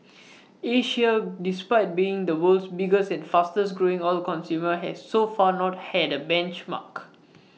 Asia despite being the world's biggest and fastest growing oil consumer has so far not had A benchmark